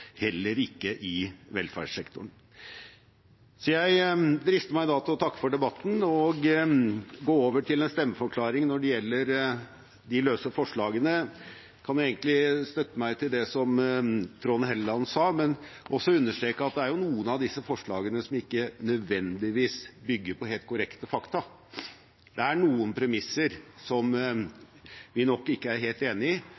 heller ikke i velferdssektoren. Jeg drister meg til å takke for debatten og vil gå over til en stemmeforklaring når det gjelder forslagene. Jeg kan egentlig støtte meg til det som Trond Helleland sa, men jeg vil også understreke at det er noen av disse forslagene som ikke nødvendigvis bygger på helt korrekte fakta. Det er noen premisser som vi nok ikke er helt enig